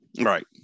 right